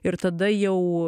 ir tada jau